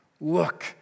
Look